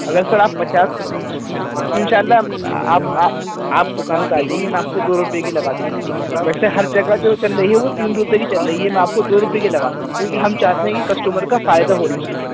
اگر سر آپ پچاس ان شاء اللہ آپ آپ دکان پر آ جائیے میں آپ کو دو روپیے کی لگا دوں گا ویسے ہر جگہ جو چل رہی ہے وہ تین روپئے کی چل رہی ہے میں آپ کو دو روپیے لگا دوں گا کیونکہ ہم چاہتے ہیں کہ کسٹمر کا فائدہ ہونا چاہیے